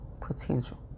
potential